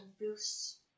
boost